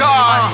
God